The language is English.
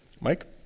Mike